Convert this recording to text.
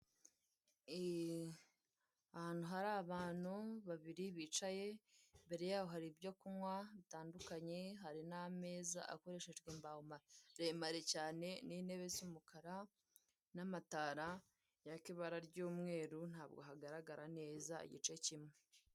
Ahantu hari abantu babiri bicaye, imbere yabo hari ibyo kunywa bitandukanye hari n'ameza akoreshejwe imbaho maremare cyane n'intebe z'umukara n'amatara yaka ibara ry'umweru, ntabwo hagaragara neza igice kimwe.